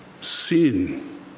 Sin